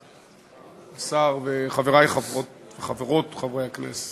תודה, השר וחברי וחברותי חברי הכנסת,